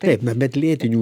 taip na bet lėtinių